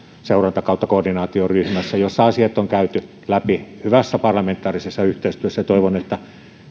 seuranta koordinaatioryhmässä jossa asiat on käyty läpi hyvässä parlamentaarisessa yhteistyössä toivon että